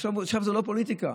עכשיו זו לא פוליטיקה,